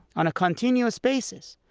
on a continuous basis.